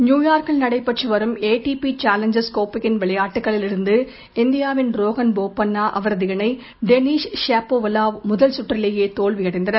New York கில் நடைபெற்று வரும் ஏடிபி சாலஞ்சர்ஸ் கோப்பையின் விளையாட்டுக்களில் இருந்து இந்தியாவின் ரோஹன் போப்பன்னா மற்றும் அவரது இணை டெனிஸ் ஷபாலோவ் முதல் சுற்றிலேயே தோல்வியடைந்தனர்